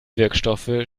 wirkstoffe